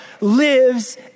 lives